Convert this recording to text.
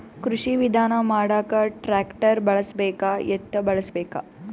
ಕೃಷಿ ವಿಧಾನ ಮಾಡಾಕ ಟ್ಟ್ರ್ಯಾಕ್ಟರ್ ಬಳಸಬೇಕ, ಎತ್ತು ಬಳಸಬೇಕ?